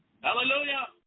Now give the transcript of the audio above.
Hallelujah